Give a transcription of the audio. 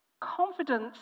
confidence